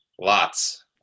Lots